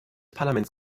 parlaments